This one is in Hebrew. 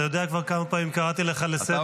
אתה יודע כבר כמה פעמים קראתי אותך לסדר?